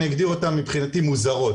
אני אגדיר אותן בשפתי - מוזרות.